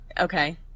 Okay